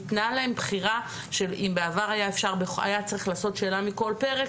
ניתנה להם בחירה אם בעבר היה צריך לעשות שאלה מכל פרק,